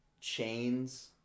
chains